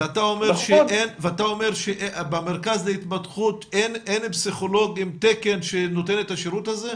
ואתה אומר שבמרכז להתפתחות אין פסיכולוג עם תקן שנותן את השירות הזה?